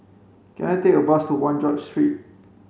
can I take a bus to One George Street